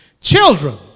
children